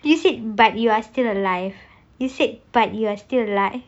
did you said but you are still alive you said but you are still alive